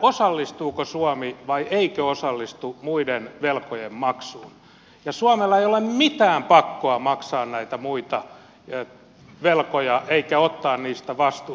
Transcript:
osallistuuko suomi vai eikö osallistu muiden velkojen maksuun ja suomella ei ole mitään pakkoa maksaa muita velkoja eikä ottaa niistä vastuuta